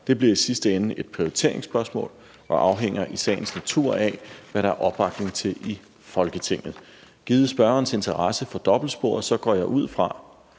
bliver i sidste ende et prioriteringsspørgsmål og afhænger i sagens natur af, hvad der er opbakning til i Folketinget. Givet spørgerens interesse for dobbeltsporet går jeg ud fra,